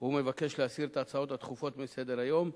והוא מבקש להסיר את ההצעות הדחופות מסדר-היום.